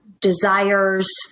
desires